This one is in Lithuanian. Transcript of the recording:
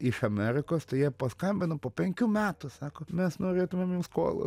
iš amerikos tai jie paskambino po penkių metų sako mes norėtumėm jum skolą